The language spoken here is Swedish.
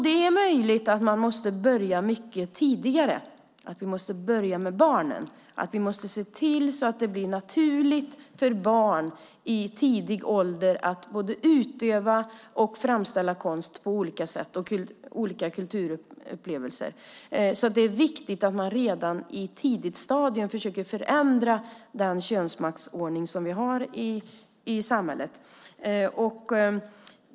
Det är möjligt att man måste börja mycket tidigare - att vi måste börja med barnen och se till att det blir naturligt för barn att i tidig ålder både utöva och framställa konst och olika kulturupplevelser på olika sätt. Det är viktigt att man redan på ett tidigt stadium försöker förändra den könsmaktsordning som vi har i samhället.